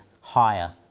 higher